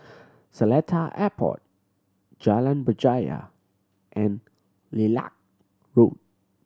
Seletar Airport Jalan Berjaya and Lilac Road